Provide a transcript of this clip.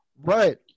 Right